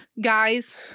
Guys